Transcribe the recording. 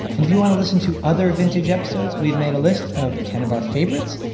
and if you want to listen to other vintage episodes, we've made a list of ten of our favorites.